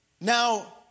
Now